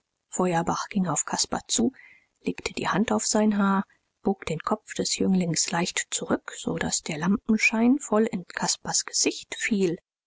feuerbach ging auf caspar zu legte die hand auf sein haar bog den kopf des jünglings leicht zurück so daß der lampenschein voll in caspars gesicht fiel